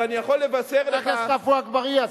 ואני יכול לבשר לך, חבר הכנסת עפו אגבאריה.